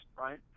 right